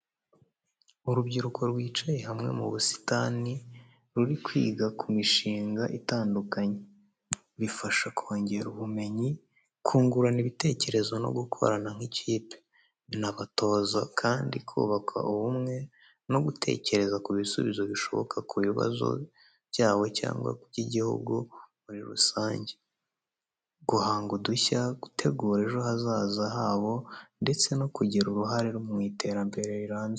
Urubyiruko rwicaye hamwe mu busitani ruri kwiga ku mishinga itandukanye. Bibafasha kongera ubumenyi, kungurana ibitekerezo no gukorana nk'ikipe. Binabatoza kandi kubaka ubumwe, no gutekereza ku bisubizo bishoboka ku bibazo byabo cyangwa iby’igihugu muri rusange, guhanga udushya, gutegura ejo hazaza habo ndetse no kugira uruhare mu iterambere rirambye.